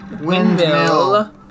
windmill